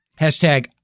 Hashtag